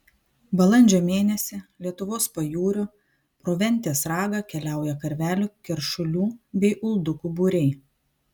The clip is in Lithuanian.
balandžio mėnesį lietuvos pajūriu pro ventės ragą keliauja karvelių keršulių bei uldukų būriai